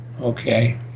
Okay